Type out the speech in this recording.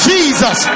Jesus